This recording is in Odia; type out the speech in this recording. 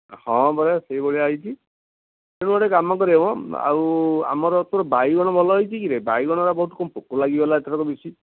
ହଁ ପରା ସେଇଭଳିଆ ହୋଇଛି ତେଣୁ ଗୋଟେ କାମ କରିବା ମ ଆଉ ଆମର ତୋର ବାଇଗଣ ଭଲ ହୋଇଛି କିରେ ବାଇଗଣଟା କ'ଣ ବହୁତ ପୋକ ଲାଗିଗଲା ଏଥରକ ବେଶୀ